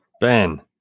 Ben